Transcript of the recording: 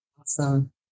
Awesome